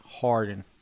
Harden